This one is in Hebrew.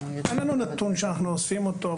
נתון שאנחנו אוספים אותו,